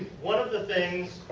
one of the things